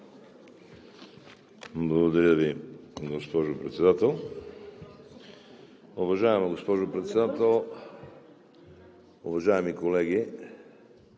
Благодаря Ви, госпожо Председател. Уважаема госпожо Председател, уважаеми колеги!